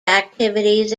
activities